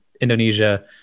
Indonesia